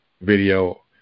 video